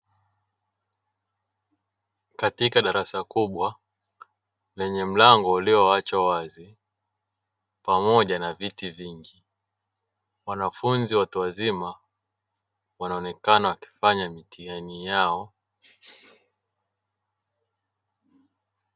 Katika darasa kubwa lenye mlango ulioachwa wazi, pamoja na viti vingi, wanafunzi watu wazima wanaonekana wakifanya mitihani yao.